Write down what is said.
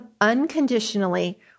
unconditionally